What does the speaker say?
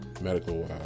medical